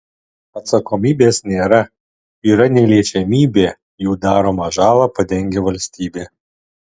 atsakomybės nėra yra neliečiamybė jų daromą žalą padengia valstybė